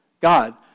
God